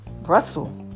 Russell